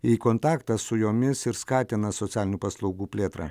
į kontaktą su jomis ir skatina socialinių paslaugų plėtrą